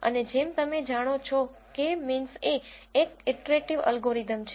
અને જેમ તમે જાણો છો કે મીન્સ એ એક ઈટરેટીવ એલ્ગોરિધમ છે